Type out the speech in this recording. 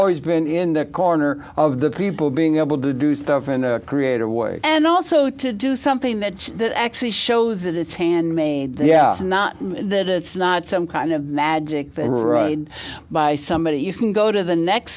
always been in the corner of the people being able to do stuff and create a way and also to do something that actually shows that it's handmade yeah it's not that it's not some kind of magic that by somebody you can go to the next